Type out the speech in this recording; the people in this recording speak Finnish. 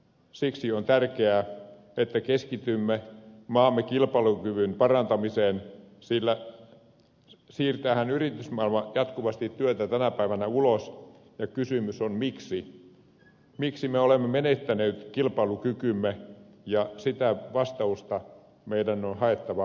siksi on tärkeää että keskitymme maamme kilpailukyvyn parantamiseen sillä siirtäähän yritysmaailma jatkuvasti työtä tänä päivänä ulos ja kysymys on miksi miksi me olemme menettäneet kilpailukykymme ja sitä vastausta meidän kaikkien on haettava yhdessä